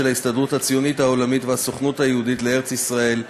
ההסתדרות הציונית העולמית והסוכנות היהודית לארץ-ישראל,